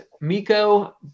Miko